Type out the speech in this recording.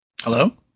Hello